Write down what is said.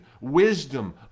wisdom